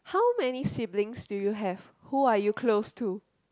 how many siblings do you have who are you close to